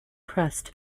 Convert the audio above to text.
crust